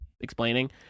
explaining